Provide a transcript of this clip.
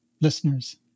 listeners